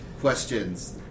questions